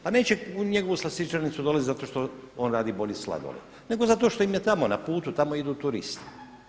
Pa neće u njegovu slastičarnicu dolaziti zato što on radi bolji sladoled nego zato što im je tamo na putu, tamo idu turisti.